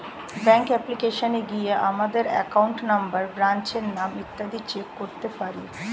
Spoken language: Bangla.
ব্যাঙ্কের অ্যাপ্লিকেশনে গিয়ে আমাদের অ্যাকাউন্ট নম্বর, ব্রাঞ্চের নাম ইত্যাদি চেক করতে পারি